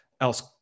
else